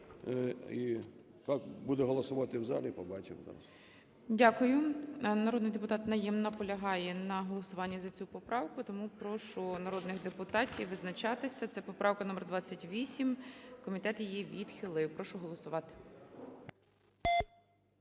і як будуть голосувати в залі, побачимо. ГОЛОВУЮЧИЙ. Дякую. Народний депутат Найєм наполягає на голосуванні за цю поправку, тому прошу народних депутатів визначатися. Це поправка номер 28. Комітет її відхилив. Прошу голосувати.